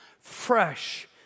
Fresh